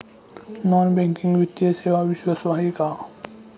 Non banking वित्तीय सेवा विश्वासू आहेत का?